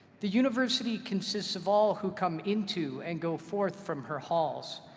the university consists of all who come into and go forth from her halls,